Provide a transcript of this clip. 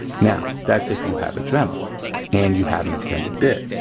now that's if you have a dremel and you have an extended bit.